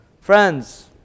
friends